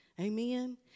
Amen